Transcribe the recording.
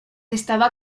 estaba